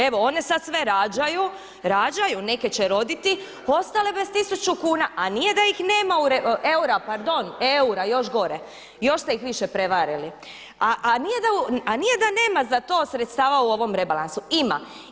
Evo one sad sve rađaju, rađaju, neke će roditi ostale bez 1000 kuna a nije da ih nema, eura pardon, eura još gore još ste ih više prevarili, a nije da nema za to sredstava u ovom rebalansu ima.